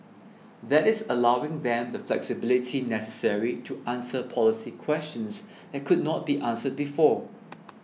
that is allowing them the flexibility necessary to answer policy questions that could not be answered before